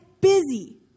busy